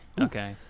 Okay